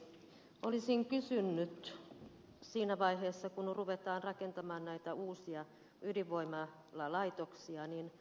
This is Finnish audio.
olisin kysynyt tästä työturvallisuudesta siinä vaiheessa kun ruvetaan rakentamaan näitä uusia ydinvoimalaitoksia